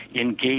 engage